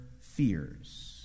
fears